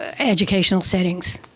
ah educational settings.